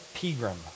Pegram